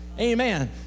amen